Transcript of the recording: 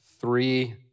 three –